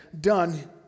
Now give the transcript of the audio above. done